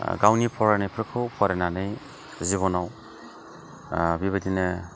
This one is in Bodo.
गावनि फरायनायफोरखौ फरायनानै जिबनाव बेबादिनो